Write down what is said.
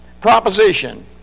proposition